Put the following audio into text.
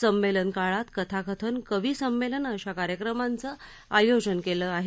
संमेलन काळात कथाकथन कवी संमेलन अशा कार्यक्रमांचं आयोजन केलं आहे